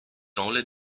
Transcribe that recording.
only